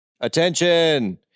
Attention